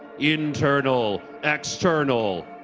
internal, external,